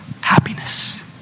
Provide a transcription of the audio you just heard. happiness